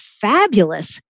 fabulous